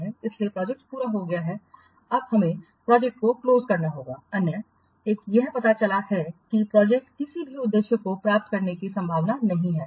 इसलिए प्रोजेक्ट पूरा हो गया है अब हमें प्रोजेक्ट को क्लोज करना होगा अन्य एक यह पता चला है कि प्रोजेक्ट किसी भी उद्देश्य को प्राप्त करने की संभावना नहीं है